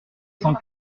cent